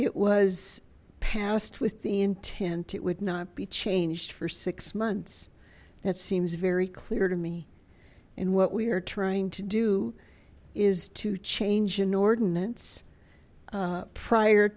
it was passed with the intent it would not be changed for six months that seems very clear to me and what we are trying to do is to change an ordinance prior